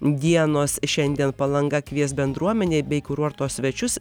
dienos šiandien palanga kvies bendruomenei bei kurorto svečius